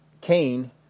Cain